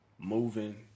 moving